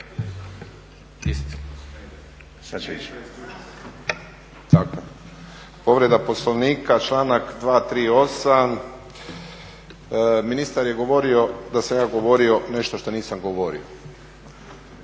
Povreda Poslovnika, članak 238. Ministar je govorio da sam ja govorio nešto što nisam govorio.